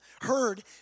heard